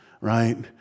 right